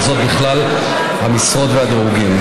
וזאת בכלל המשרות והדירוגים.